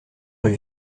rue